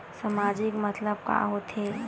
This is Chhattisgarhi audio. सामाजिक मतलब का होथे?